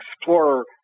explorer